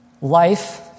life